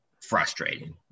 frustrating